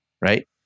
right